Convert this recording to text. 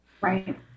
Right